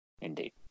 indeed